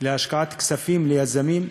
להשקעת כספים ליזמים,